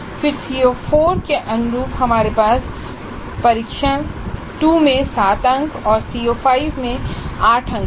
फिर CO4 के अनुरूप हमारे पास परीक्षण 2 में 7 अंक और CO5 के अनुरूप 8 अंक हैं